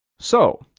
so,